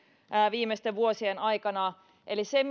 viimeisten vuosien aikana eli se